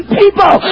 people